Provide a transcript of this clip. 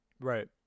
right